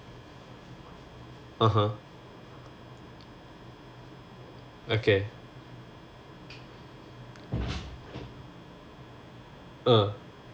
(uh huh) okay uh